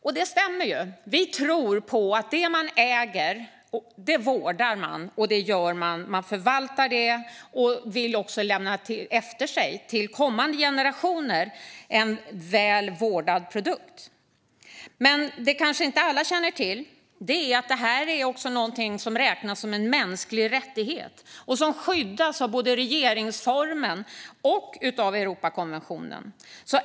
Det är helt riktigt - vi tror på att man vårdar och förvaltar det man äger och att man vill lämna efter sig en väl vårdad produkt till kommande generationer. Men alla känner kanske inte till att detta också räknas som en mänsklig rättighet, som skyddas av både regeringsformen och Europakonventionen.